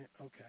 okay